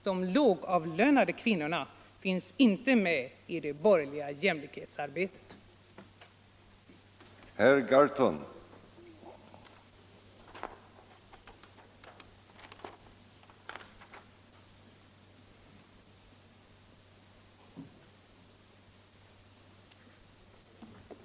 De lågavlönade kvinnorna finns inte med i det borgerliga jämlikhetsarbetet. :| Allmänpolitisk debatt Allmänpolitisk debatt 180